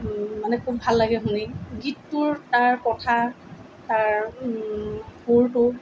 মানে খুব ভাল লাগে শুনি গীতবোৰ তাৰ কথা তাৰ সুৰটো